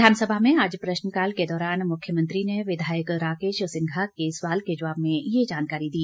विधानसभा में आज प्रश्नकाल के दौरान मुख्यमंत्री ने विधायक राकेश सिंघा के सवाल के जवाब में ये जानकारी दी